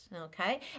okay